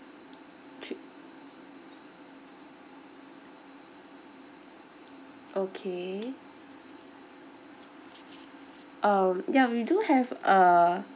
trip okay um ya we do have a